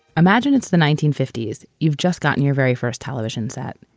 imagine it's the nineteen fifty s. you've just gotten your very first television set.